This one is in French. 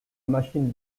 machine